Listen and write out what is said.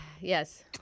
Yes